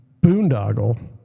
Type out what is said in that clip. boondoggle